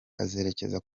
azerekeza